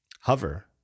Hover